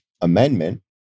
Amendment